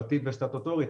משפטית וסטטוטורית,